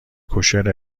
کوشر